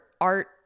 Art